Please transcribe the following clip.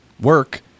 Work